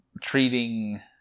treating